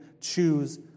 choose